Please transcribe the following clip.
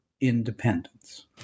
independence